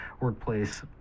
workplace